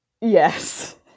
yes